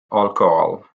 alcohol